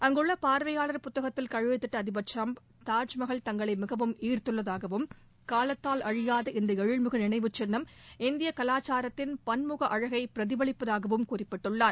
அங்குள்ள பார்வையாளர் புத்தகத்தில் கையெழுதிட்ட அதிபர் ட்ரம்ப் தாஜ்மகால் தங்களை மிகவும் ஈர்த்துள்ளதாகவும் காலத்தால் அழியாத இந்த எழில்மிகு நினைவுச்சின்னம் இந்தியக் கலாச்சாரத்தின் பன்முக அழகை பிரதிபலிப்பதாகவும் குறிப்பிட்டுள்ளார்